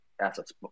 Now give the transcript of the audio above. assets